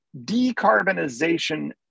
decarbonization